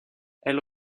elle